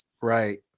Right